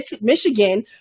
Michigan